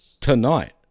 tonight